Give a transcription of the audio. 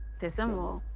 this symbol.